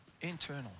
internal